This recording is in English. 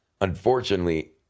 unfortunately